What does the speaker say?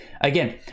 again